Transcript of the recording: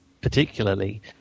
particularly